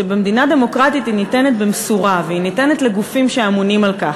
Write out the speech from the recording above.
ובמדינה דמוקרטית היא ניתנת במשורה והיא ניתנת לגופים שאמונים על כך,